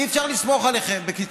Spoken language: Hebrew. אי-אפשר לסמוך עליכם, בקיצור.